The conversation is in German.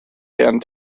herrn